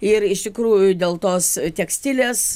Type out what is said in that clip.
ir iš tikrųjų dėl tos tekstilės